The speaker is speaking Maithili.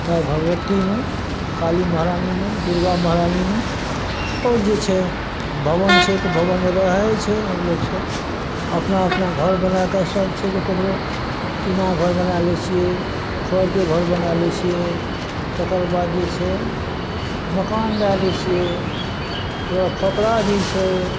माय भगबतीमे आओर काली महरानीमे दुर्गा महरानीमे आओर जे छै भबन छै तऽ भबनमे रहै छै आओर लोक सब अपना अपना घर बना कऽ सब छै जे ककरो टीना घर बना लै छियै खरके घर बना लै छियै तेकरबाद जे छै मकान लए लै छियै तऽ वएह खपरा भी छै